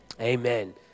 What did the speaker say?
Amen